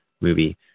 movie